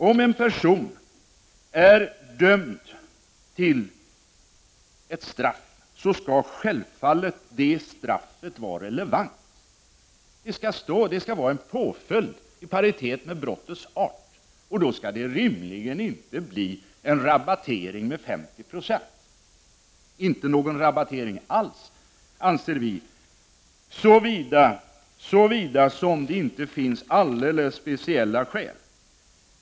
Om en person är dömd till ett straff skall det straffet självfallet vara relevant. Det skall vara en påföljd i paritet med brottets art. Då skall det rimligen inte bli en rabattering med 50 96, inte någon rabattering alls, anser vi, såvida det inte finns alldeles speciella skäl.